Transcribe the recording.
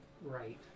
Right